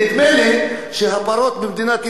נדמה לי שהפרות במדינת ישראל,